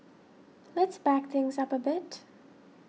let's back things up a bit